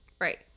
Right